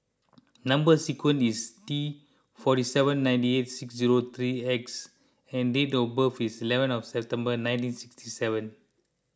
Number Sequence is T forty seven ninety eight six zero three X and date of birth is eleven of September nineteen sixty seven